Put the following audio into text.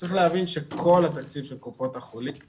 צריך להבין שכל התקציב של קופות החולים הוא